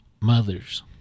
mothers